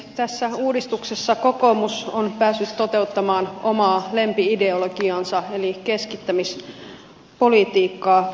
tässä uudistuksessa kokoomus on päässyt toteuttamaan omaa lempi ideologiaansa eli keskittämispolitiikkaa